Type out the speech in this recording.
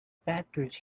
factors